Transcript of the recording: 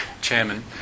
chairman